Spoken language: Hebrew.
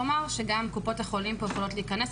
וגם יש לומר שגם קופות החולים פה יכולות להיכנס.